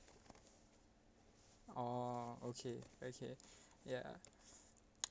oh okay okay ya